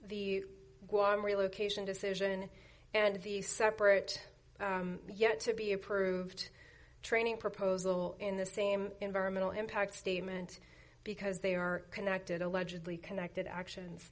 the real occasion decision and the separate yet to be approved training proposal in the same environmental impact statement because they are connected allegedly connected actions